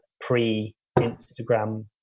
pre-Instagram